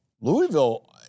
Louisville